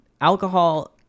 alcohol